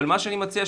אבל מה שאני מציע,